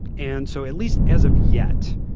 and so at least as of yet,